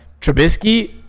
Trubisky